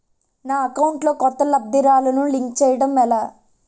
నా అకౌంట్ లో కొత్త లబ్ధిదారులను లింక్ చేయటం ఎలా?